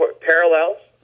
parallels